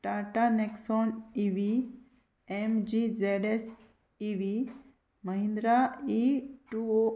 Tata Nexon E V M G Z S E V Mahindra E two O